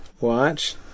watch